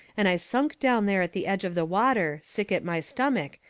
and i sunk down there at the edge of the water, sick at my stomach,